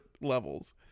levels